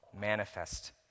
manifest